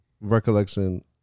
recollection